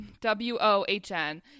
w-o-h-n